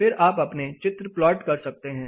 फिर आप अपने चित्र प्लॉट कर सकते हैं